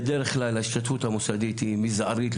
בדרך כלל ההשתתפות המוסדית היא מזערית,